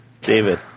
David